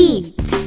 Eat